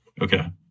Okay